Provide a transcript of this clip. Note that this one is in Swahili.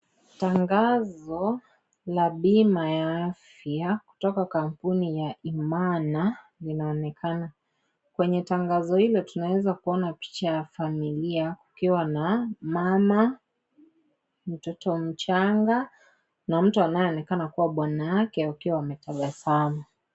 Tangazo ya bima la afya kutoka kampuni ya Imana linaonekana. Kwenye tangazo hilo tunaweza kuona picha ya familia, kukiwa na mama, mtoto mchanga na mtu anayeonekana kuwa bwana yake wakiwa wametabasamu.